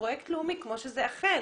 כפרויקט לאומי כפי שאכן זה כך.